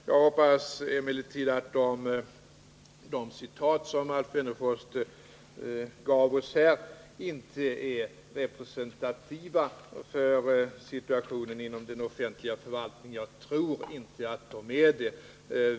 Jag tror emellertid inte att de citat som Alf Wennerfors delgav oss här är representativa för situationen inom den offentliga förvaltningen.